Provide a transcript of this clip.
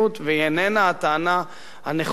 והיא איננה הטענה הנכונה,